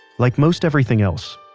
like most everything else,